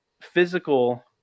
physical